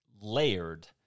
layered